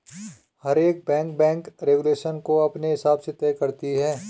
हर एक bank bank regulation को अपने हिसाब से तय करती है